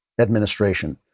administration